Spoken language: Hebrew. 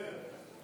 כן.